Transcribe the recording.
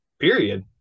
period